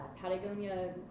Patagonia